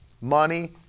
Money